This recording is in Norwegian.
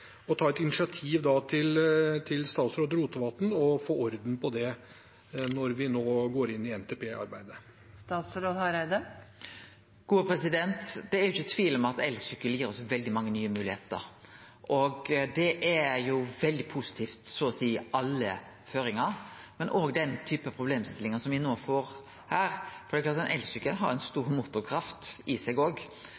når vi nå går inn i NTP-arbeidet? Det er ingen tvil om at elsykkelen gir oss veldig mange nye moglegheiter, og det er veldig positivt så å si i alle føringar, men me får òg ei problemstilling som dette, for det er klart at ein elsykkel har